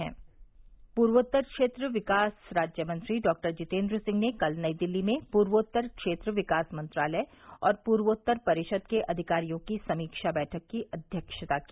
जितेन्द्र सिंह पूर्वोत्तर क्षेत्र विकास राज्यमंत्री डॉ जितेंद्र सिंह ने कल नई दिल्ली में पूर्वोत्तर क्षेत्र विकास मंत्रालय और पूर्वोत्तर परिषद के अधिकारियों की समीक्षा बैठक की अध्यक्षता की